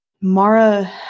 Mara